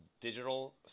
digital